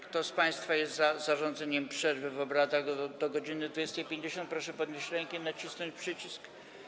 Kto z państwa jest za zarządzeniem przerwy w obradach do godz. 20.50, proszę podnieść rękę i nacisnąć przycisk.